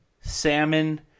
salmon